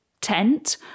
tent